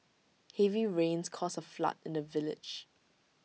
heavy rains caused A flood in the village